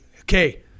okay